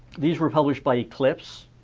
these were published by eclipse.